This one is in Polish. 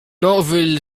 nowy